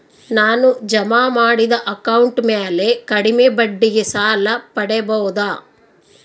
ನಾನು ಜಮಾ ಮಾಡಿದ ಅಕೌಂಟ್ ಮ್ಯಾಲೆ ಕಡಿಮೆ ಬಡ್ಡಿಗೆ ಸಾಲ ಪಡೇಬೋದಾ?